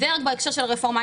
זה בהקשר של הרפורמה.